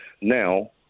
Now